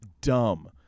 dumb